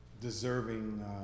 deserving